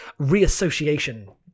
reassociation